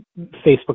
facebook